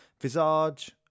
Visage